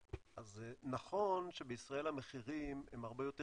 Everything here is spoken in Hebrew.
אז נכון שבישראל המחירים הם הרבה יותר